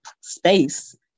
space